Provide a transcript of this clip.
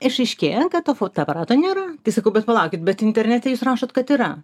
išaiškėjo kad to fotoaparato nėra tai sakau bet palaukit bet internete jūs rašote kad yra